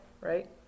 right